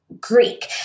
Greek